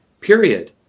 period